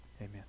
Amen